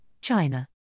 China